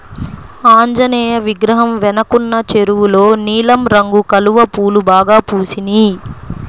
ఆంజనేయ విగ్రహం వెనకున్న చెరువులో నీలం రంగు కలువ పూలు బాగా పూసినియ్